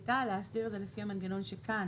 הייתה להסדיר את זה לפי המנגנון שכאן,